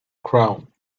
crown